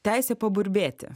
teisė paburbėti